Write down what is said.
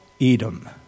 Edom